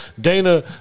Dana